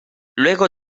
luego